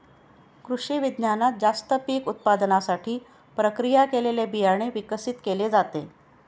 कृषिविज्ञानात जास्त पीक उत्पादनासाठी प्रक्रिया केलेले बियाणे विकसित केले जाते